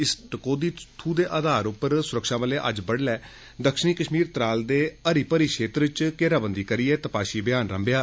इक टकोहदी सूह दे आधार उप्पर सुरक्षाबलें अज्ज बड्डलै दक्षिणी कश्मीर त्राल दे हरी परी क्षेत्र च घेराबंदी करियै तपाशी अभियान रेभेआ